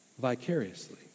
vicariously